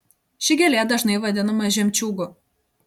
ši gėlė dažnai vadinama žemčiūgu